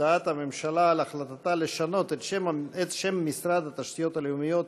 הודעת הממשלה על החלטתה לשנות את שם משרד התשתיות הלאומיות,